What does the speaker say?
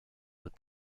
but